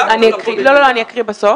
אני אקריא.